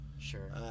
sure